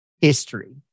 history